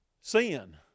Sin